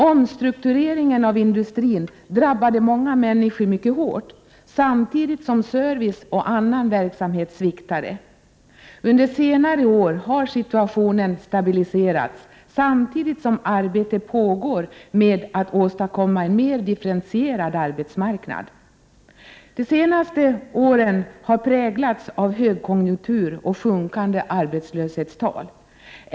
Omstruktureringen av industrin drabbade många människor mycket hårt, samtidigt som service och annan verksamhet sviktade. Under senare år har situationen stabiliserats samtidigt som arbete pågår med att åstadkomma en mer differentierad arbetsmarknad. De senaste åren har präglats av högkonjunkur och sjunkande arbetslöshetstal.